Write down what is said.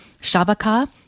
Shabaka